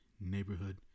neighborhood